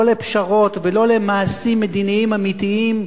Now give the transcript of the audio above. לא לפשרות ולא למעשים מדיניים אמיתיים,